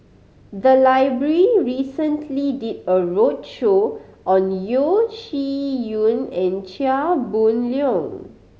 the library recently did a roadshow on Yeo Shih Yun and Chia Boon Leong